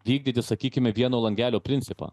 vykdyti sakykime vieno langelio principą